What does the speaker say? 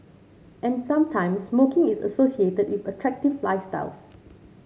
and sometimes smoking is associated with attractive lifestyles